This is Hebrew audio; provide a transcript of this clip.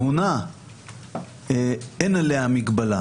אין מגבלה על הכהונה.